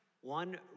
One